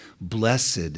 Blessed